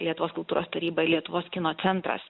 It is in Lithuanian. lietuvos kultūros taryba i lietuvos kino centras